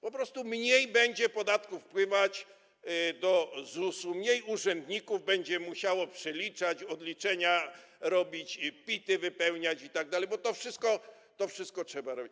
Po prostu mniej będzie podatku wpływać do ZUS-u, mniej urzędników będzie musiało przeliczać, odliczenia robić i PIT-y wypełniać itd., bo to wszystko trzeba robić.